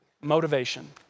motivation